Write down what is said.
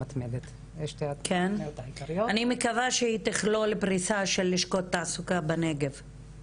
אני מקווה שהיא תכלול פריסה של לשכות תעסוקה בנגב.